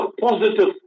positive